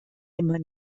immer